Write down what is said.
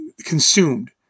consumed